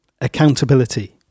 accountability